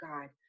God